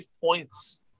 points